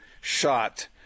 shot